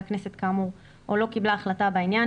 הכנסת כאמור או לא קיבלה החלטה בעניין,